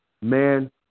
man